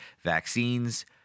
vaccines